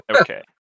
Okay